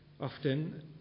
often